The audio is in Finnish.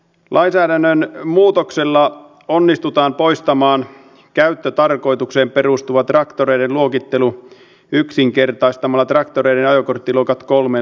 lainsäädännön muutoksella onnistutaan poistamaan käyttötarkoitukseen perustuva traktoreiden luokittelu yksinkertaistamalla traktoreiden ajokorttiluokat kolmeen luokkaan